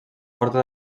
porta